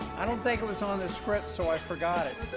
i don't think it was on this script so i forgot it.